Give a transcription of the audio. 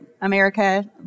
America